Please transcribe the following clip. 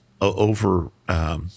over